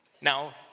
Now